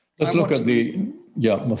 just look at the yes,